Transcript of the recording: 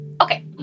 Okay